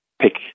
pick